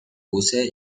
puse